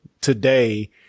today